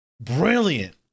Brilliant